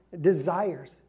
desires